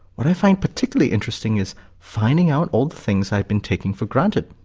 what i find particularly interesting is finding out all the things i have been taking for granted.